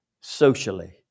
socially